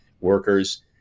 workers